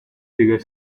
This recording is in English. figure